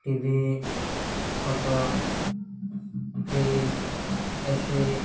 ଟି ଭି ଖଟ fridge A C